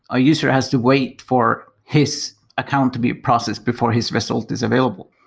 a user has to wait for his account to be processed before his result is available.